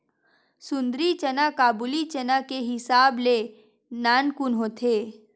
सुंदरी चना काबुली चना के हिसाब ले नानकुन होथे